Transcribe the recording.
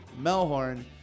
Melhorn